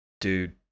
dude